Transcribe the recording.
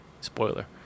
spoiler